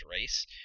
race